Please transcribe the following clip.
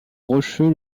rocheux